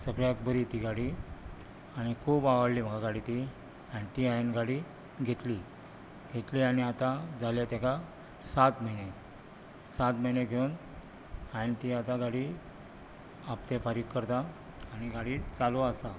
सगळ्याक बरी ती गाडी आनी खूब आवडली म्हाका गाडी ती आनी ती हांवेन गाडी घेतली आनी घेतली आतां जाला तेका सात म्हयने सात म्हयने घेवन हांयेन ती आतां गाडी हाफ्ते फारीक करतां आनी गाडी चालू आसा